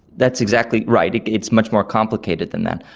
that's exactly right, it's much more complicated than that.